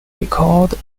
recalled